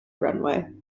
runaway